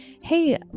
hey